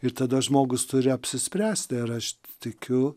ir tada žmogus turi apsispręsti ar aš tikiu